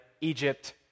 Egypt